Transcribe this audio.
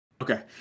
Okay